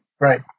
Right